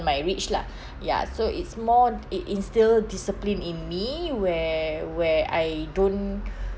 my reach lah ya so it's more it instill discipline in me where where I don't